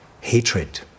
hatred